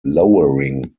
lowering